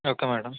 okay madam